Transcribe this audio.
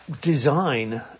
design